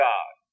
God